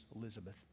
Elizabeth